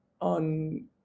on